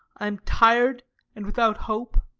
i am tired and without hope